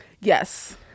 yes